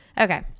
Okay